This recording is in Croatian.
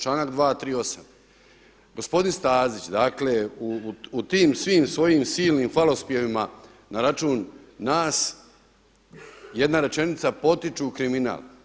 Članak 238. gospodin Stazić u tim svim svojim silnim hvalospjevima na račun nas jedna rečenica potiču kriminal.